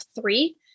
three